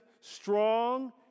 strong